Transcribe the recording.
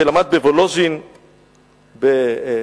שלמד בוולוז'ין בחברותא